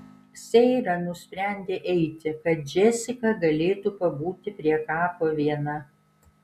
seira nusprendė eiti kad džesika galėtų pabūti prie kapo viena